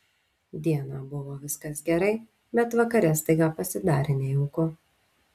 dieną buvo viskas gerai bet vakare staiga pasidarė nejauku